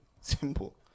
simple